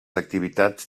activitats